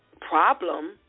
problem